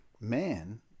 Man